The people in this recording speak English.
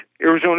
Arizona